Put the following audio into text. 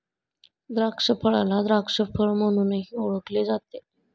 द्राक्षफळाला द्राक्ष फळ म्हणूनही ओळखले जाते